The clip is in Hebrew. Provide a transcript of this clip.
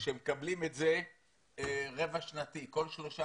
שהם מקבלים את זה רבע-שנתי, כל שלושה